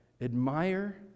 Admire